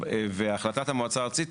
והחלטת המועצה הארצית,